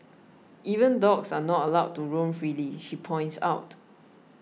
even dogs are not allowed to roam freely she points out